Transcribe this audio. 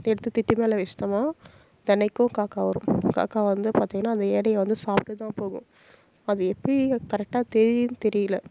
எடுத்து திட்டி மேலே வெச்சுட்டன்னா தினைக்கும் காக்கை வரும் காக்கை வந்து பார்த்தீங்கன்னா அந்த ஆடைய வந்து சாப்பிட்டுதான் போகும் அது எப்படி கரெக்டாக தெரியிதுன்னு தெரியிலை